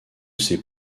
ses